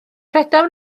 credaf